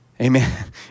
Amen